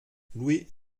louis